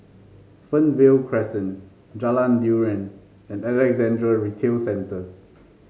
Fernvale Crescent Jalan Durian and Alexandra Retail Centre